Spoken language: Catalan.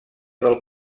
del